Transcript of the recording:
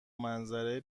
منظره